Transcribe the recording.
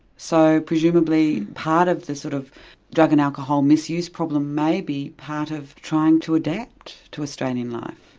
so presumably part of the sort of drug and alcohol misuse problem may be part of trying to adapt to australian life?